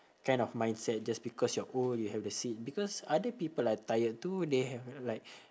kind of mindset just because you're old you have the seat because other people are tired too they have like